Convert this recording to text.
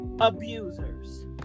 abusers